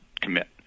commit